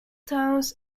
towns